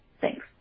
Thanks